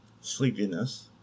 sleepiness